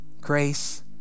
grace